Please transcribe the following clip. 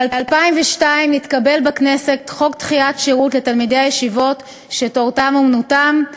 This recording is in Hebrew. ב-2002 נתקבל בכנסת חוק דחיית שירות לתלמידי הישיבות שתורתם אומנותם,